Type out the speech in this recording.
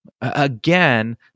Again